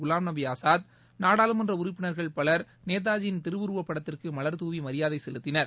குலாம்நபி ஆசாத் நாடாளுமன்ற உறுப்பினர்கள் பலர் நேதாஜியின் திருவுருவப்படத்திற்கு மலர்த்தூவி மரியாதை செலுத்தினர்